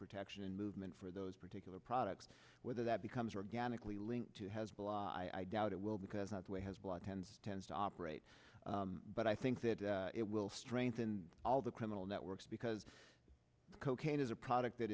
protection movement for those particular products whether that becomes organically linked to hezbollah i doubt it will because that way has blood tends tends to operate but i think that it will strengthen all the criminal networks because cocaine is a product that